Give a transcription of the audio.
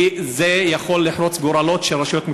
כי זה יכול לחרוץ גורלות של הרשויות המקומיות,